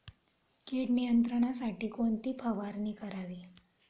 कीड नियंत्रणासाठी कोणती फवारणी करावी?